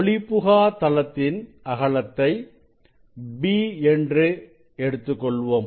ஒளிபுகா தளத்தின் அகலத்தை b என்று எடுத்துக்கொள்வோம்